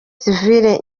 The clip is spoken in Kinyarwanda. civile